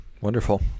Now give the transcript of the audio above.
Wonderful